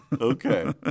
Okay